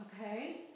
okay